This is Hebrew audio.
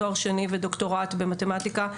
תואר שני ודוקטורט במתמטיקה,